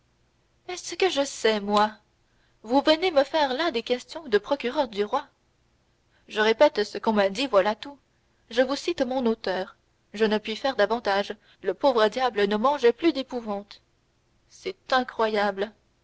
est-ce que je sais moi vous venez me faire là des questions de procureur du roi je répète ce qu'on m'a dit voilà tout je vous cite mon auteur je ne puis faire davantage le pauvre diable ne mangeait plus d'épouvante c'est incroyable